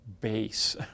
base